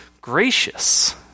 gracious